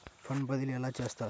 Fund బదిలీ ఎలా చేస్తారు?